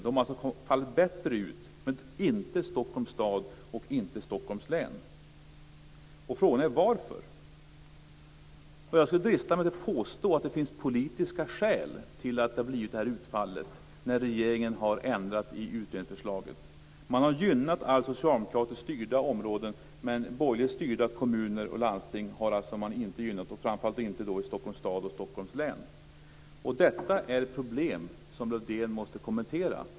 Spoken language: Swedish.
Det har fallit bättre ut för dem, men det gäller inte Stockholms stad och inte Stockholm län. Frågan är varför. Jag kan drista mig till att påstå att det finns politiska skäl till att det har blivit detta utfall när regeringen har ändrat i utdelningsförslaget. Man har gynnat alla socialdemokratiskt styrda områden, men man har alltså inte gynnat borgerligt styrda kommuner och landsting - framför allt inte Stockholms stad och Detta är ett problem som Lövdén måste kommentera.